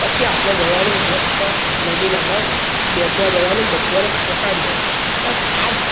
પછી આપણે જવાનું મસ્ત નદી નાળે બેસવા જવાનું બપોરે કાંતો સાંજે બસ આજ